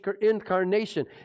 incarnation